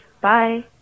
bye